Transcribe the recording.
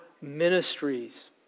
ministries